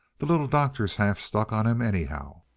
the little doctor's half stuck on him, anyhow.